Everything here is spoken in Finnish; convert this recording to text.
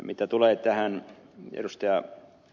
mitä tulee tähän ed